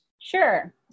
Sure